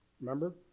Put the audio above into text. Remember